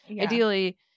ideally